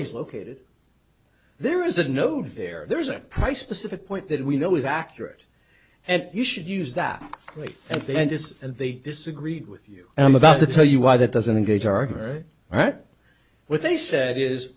he's located there is a note there there's a price specific point that we know is accurate and you should use that and then this and they disagreed with you and i'm about to tell you why that doesn't engage her right what they said is